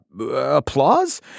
applause